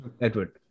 Edward